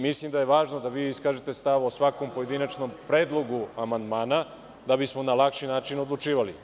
Mislim da je važno da vi iskažete stav o svakom pojedinačnom predlogu amandmana, da bismo na lakši način odlučivali.